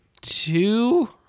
two